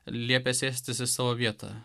liepia sėstis į savo vietą